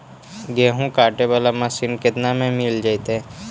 गेहूं काटे बाला मशीन केतना में मिल जइतै?